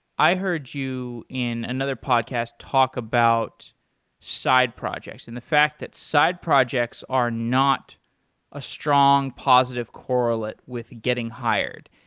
i heard you in another podcast talk about side projects and the fact that side projects are not a strong positive correlate with getting hired.